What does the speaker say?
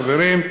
חברים,